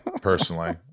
personally